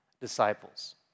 disciples